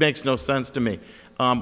makes no sense to me